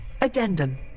Addendum